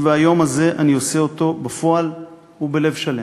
והיום הזה אני עושה אותו בפועל ובלב שלם,